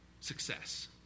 success